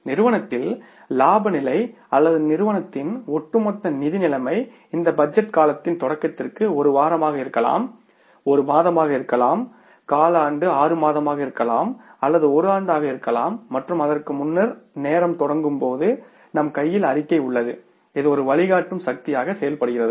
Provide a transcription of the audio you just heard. நிறுவனத்தில் இலாப நிலை அல்லது நிறுவனத்தின் ஒட்டுமொத்த நிதி நிலைமை இந்த பட்ஜெட் காலத்தின் தொடக்கத்திற்கு ஒரு வாரமாக இருக்கலாம் ஒரு மாதமாக இருக்கலாம் காலாண்டு ஆறு மாதமாக இருக்கலாம் அல்லது ஒரு ஆண்டு ஆக இருக்கலாம் மற்றும் அதற்கு முன்னர் நேரம் தொடங்கும் போது நம் கையில் அறிக்கை உள்ளது இது ஒரு வழிகாட்டும் சக்தியாக செயல்படுகிறது